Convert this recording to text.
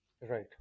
Right